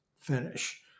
finish